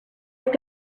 have